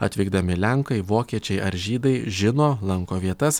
atvykdami lenkai vokiečiai ar žydai žino lanko vietas